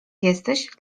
jesteś